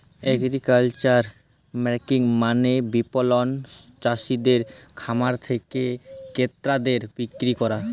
agricultural marketing মালে বিপণল চাসিদের খামার থেক্যে ক্রেতাদের বিক্রি ক্যরা